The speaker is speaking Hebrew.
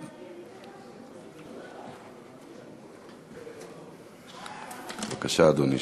בבקשה, אדוני.